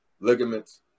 ligaments